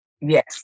Yes